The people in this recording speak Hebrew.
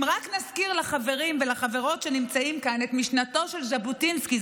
אם רק נזכיר לחברים ולחברות שנמצאים כאן את משנתו של ז'בוטינסקי,